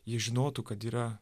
jie žinotų kad yra